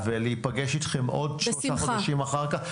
ולהיפגש איתכם עוד שלושה חודשים אחר כך --- בשמחה.